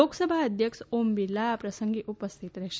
લોકસભા અધ્યક્ષ ઓમ બીરલા આ પ્રસંગે ઉપસ્થીત રહેશે